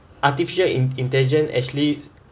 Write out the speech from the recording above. artificial in~ intelligence actually